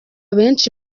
benshi